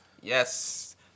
Yes